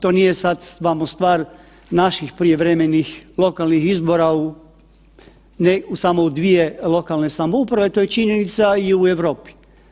To nije sad samo stvar naših prijevremenih lokalnih izbora u, samo u dvije lokalne samouprave, to je činjenica i u Europi.